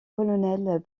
colonel